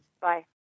Bye